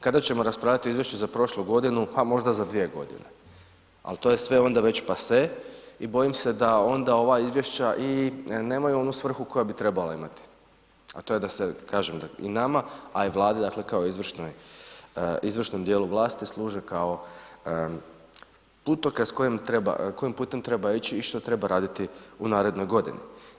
Kada ćemo raspravljati o izvješću za prošlu godinu, pa možda za 2 g. Ali to je sve onda već passe i bojim se da onda ova izvješća nemaju onu svrhu koja bi trebala imati a to je da se kažem i nama a i Vladi kao izvršnom dijelu vlasti služe kao putokaz kojim putem ići i što treba raditi u narednoj godini.